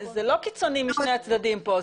זה לא קיצוני משני הצדדים פה.